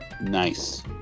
Nice